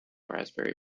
raspberry